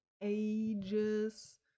ages